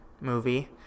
movie